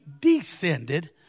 descended